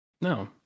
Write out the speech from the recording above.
no